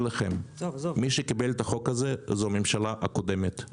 לכם שמי שקיבל את החוק הזה זו הממשלה הקודמת,